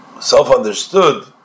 self-understood